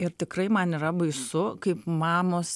ir tikrai man yra baisu kaip mamos